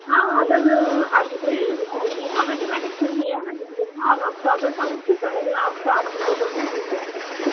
ہاں ہاں آڈر آپ بتائیے میں لکھ لوں گی اور ویسے میں نے سن لیا میں لکھ لوں گی اور آپ کا آڈر ٹائم سے پہلے آپ کو آپ کی ٹیبل پر مل جائے گا